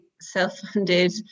self-funded